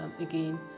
again